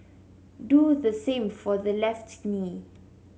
do the same for the left knee